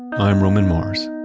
i'm roman mars